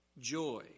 joy